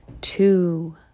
two